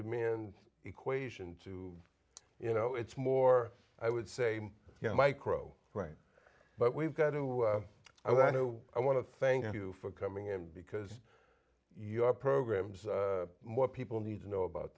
demand equation too you know it's more i would say micro right but we've got to i know i want to thank you for coming in because your programs more people need to know about